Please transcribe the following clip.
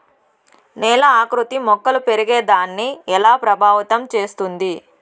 నేల ఆకృతి మొక్కలు పెరిగేదాన్ని ఎలా ప్రభావితం చేస్తుంది?